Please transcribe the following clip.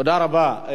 תודה רבה.